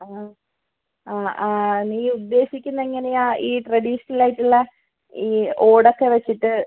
ആ അ ആ നീ ഉദ്ദേശിക്കുന്നത് എങ്ങനെയാണ് ഈ ട്രഡീഷണൽ ആയിട്ടുള്ള ഈ ഓടൊക്കെ വെച്ചിട്ട്